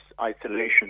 isolation